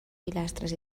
pilastres